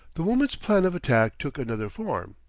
the woman's plan of attack took another form.